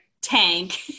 tank